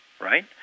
right